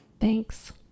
thanks